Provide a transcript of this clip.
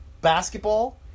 basketball